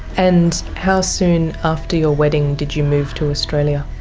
and how soon after your wedding did you move to australia?